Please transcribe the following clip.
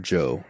Joe